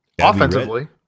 Offensively